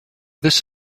this